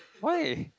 why